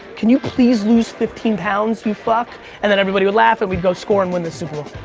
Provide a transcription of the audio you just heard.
can you please lose fifteen pounds, you fuck? and then everybody would laugh, and we'd go score, and win the super